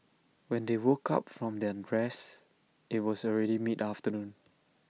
when they woke up from their rest IT was already mid afternoon